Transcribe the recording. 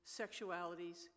sexualities